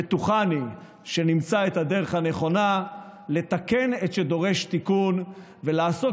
בטוחני שנמצא את הדרך הנכונה לתקן את שדורש תיקון ולעסוק